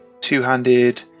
Two-handed